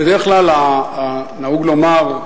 בדרך כלל נהוג לומר,